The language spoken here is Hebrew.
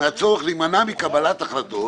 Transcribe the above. מהצורך להימנע מקבלת החלטות